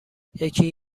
یکی